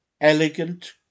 elegant